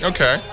Okay